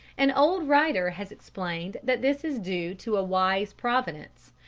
an old writer has explained that this is due to a wise providence,